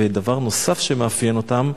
ודבר נוסף שמאפיין אותם,